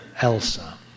ELSA